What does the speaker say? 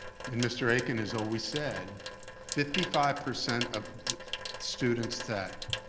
and mr. akin has always said fifty five percent of the students that,